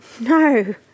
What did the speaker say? No